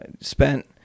spent